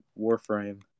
Warframe